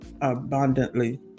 abundantly